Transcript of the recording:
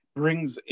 brings